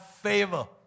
favor